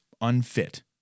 unfit